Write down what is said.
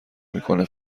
میکنه